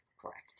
Correct